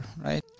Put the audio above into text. Right